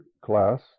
class